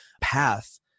path